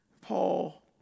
Paul